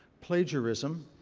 plagiarism.